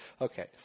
Okay